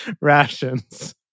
rations